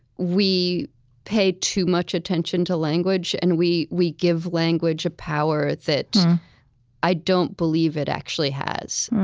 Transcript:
we pay too much attention to language, and we we give language a power that i don't believe it actually has.